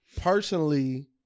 personally